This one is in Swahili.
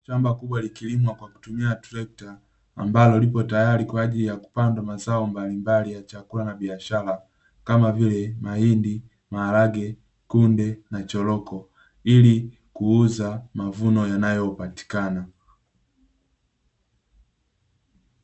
Shamba kubwa likilimwa kwa kutumia trekta, ambalo lipo tayari kwa ajili ya kupandwa mazao mbalimbali ya chakula na biashara, kama vile; mahindi, maharage, kunde na choroko, ili kuuza mavuno yanayopatikana.